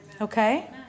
Okay